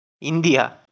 India